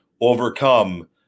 overcome